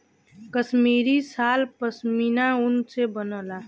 कसमीरी साल पसमिना ऊन से बनला